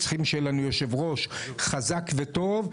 צריכים שיהיה לנו יושב ראש חזק וטוב,